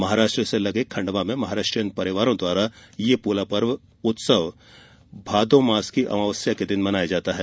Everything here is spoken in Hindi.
महाराष्ट्र से लगे खंडवा में महाष्ट्रीयन परिवारों द्वारा यह पोला उत्सव वर्षो से भादो मास की अमावस्या के दिन मनाया जाता है